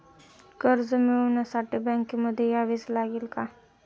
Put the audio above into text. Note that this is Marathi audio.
कर्ज मिळवण्यासाठी बँकेमध्ये यावेच लागेल का?